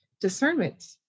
discernment